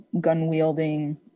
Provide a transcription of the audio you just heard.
gun-wielding